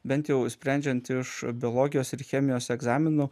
bent jau sprendžiant iš biologijos ir chemijos egzaminų